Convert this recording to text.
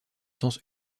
sens